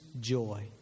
joy